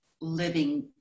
living